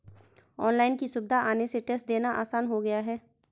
online की सुविधा आने से टेस्ट देना आसान हो गया है